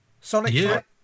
sonic